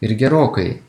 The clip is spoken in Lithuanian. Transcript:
ir gerokai